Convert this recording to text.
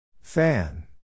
Fan